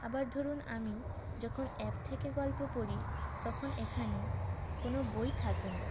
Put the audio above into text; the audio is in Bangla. আবার ধরুন আমি যখন অ্যাপ থেকে গল্প পড়ি তখন এখানে কোনো বই থাকে না